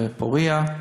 בפוריה,